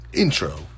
Intro